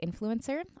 influencer